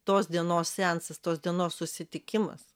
tos dienos seansas tos dienos susitikimas